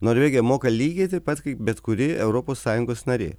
norvegija moka lygiai taip pat kaip bet kuri europos sąjungos narė